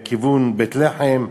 הלאה לכיוון בית-לחם,